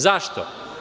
Zašto?